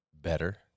better